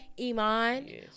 Iman